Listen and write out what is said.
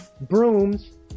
brooms